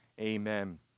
Amen